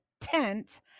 tent